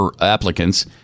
applicants